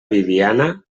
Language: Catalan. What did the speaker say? bibiana